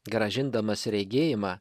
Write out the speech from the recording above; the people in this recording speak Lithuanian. grąžindamas regėjimą